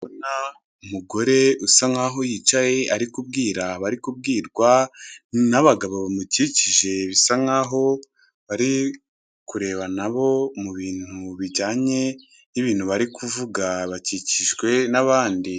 Umugore usa nkaho yicaye ari kubwira abari kubwirwa, n'abagabo bamukikije bisa nkaho bari kureba nabo mu bintu bijyanye n'ibintu bari kuvuga, bakikijwe n'abandi.